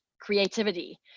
creativity